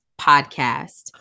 podcast